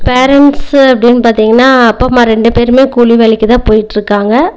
parents அப்படினு பார்த்திங்கன்னா அப்பா அம்மா ரெண்டு பேருமே கூலி வேலைக்கு தான் போய்ட்டிருக்காங்க